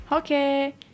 Okay